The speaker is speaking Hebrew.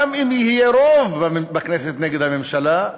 גם אם יהיה רוב בכנסת נגד הממשלה,